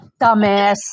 Dumbass